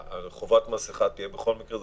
שחובת עטיית מסכה תהיה בכל מקרה,